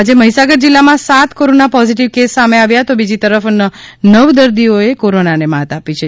આજે મહીસાગર જિલ્લામાં સાત કોરોના પોઝિટિવ કેસ સામે આવ્યા તો બીજી તરફ નવ દર્દીઓએ કોરોનાને માત આપી છે